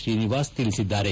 ಶ್ರೀನಿವಾಸ್ ತಿಳಿಸಿದ್ದಾರೆ